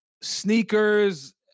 sneakers